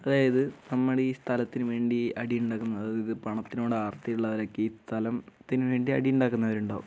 അതായത് നമ്മുടെ ഈ സ്ഥലത്തിന് വേണ്ടി അടി ഉണ്ടാക്കുന്ന അതായത് പണത്തിനോട് ആർത്തിയുള്ളവരൊക്കെ ഈ സ്ഥലത്തിന് വേണ്ടി അടി ഉണ്ടാക്കുന്നവരുണ്ടാവും